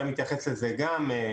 הוא היה מתייחס לזה גם,